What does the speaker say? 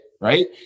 Right